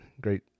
great